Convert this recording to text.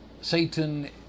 Satan